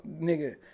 nigga